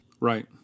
right